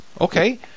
Okay